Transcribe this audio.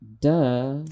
duh